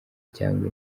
cyangwa